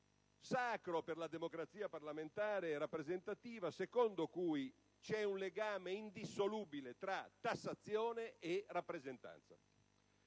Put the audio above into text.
sacro per la democrazia parlamentare rappresentativa, secondo cui c'è un legame indissolubile tra tassazione e rappresentanza.